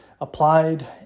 applied